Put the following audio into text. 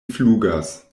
flugas